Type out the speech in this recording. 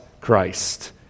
Christ